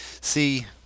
see